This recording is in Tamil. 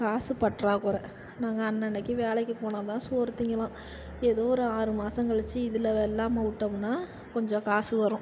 காசு பற்றாக்குற நாங்கள் அன்னனைக்கு வேலைக்கு போனால் தான் சோறு திங்கலாம் ஏதோ ஒரு ஆறு மாதங்கலிச்சி இதில் வெள்ளாமை விட்டோம்னா கொஞ்சம் காசு வரும்